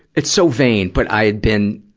it's so vain, but i had been,